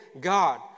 God